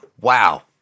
Wow